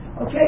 Okay